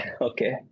Okay